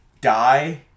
die